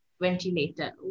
ventilator